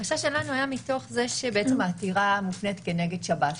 החשש שלנו היה מתוך זה שהעתירה מופנית כנגד שב"ס,